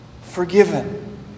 forgiven